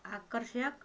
आकर्षक